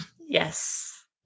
Yes